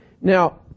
Now